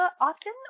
often